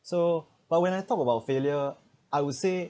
so but when I talk about failure I would say